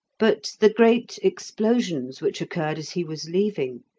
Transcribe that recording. but the great explosions which occurred as he was leaving,